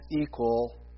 equal